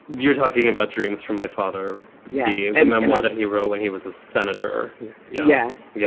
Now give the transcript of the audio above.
you're talking about dreams from my father. yeah yeah a memoir that he wrote when he was a senator yes. yeah